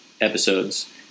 episodes